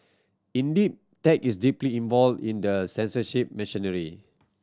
indeed tech is deeply involved in the censorship machinery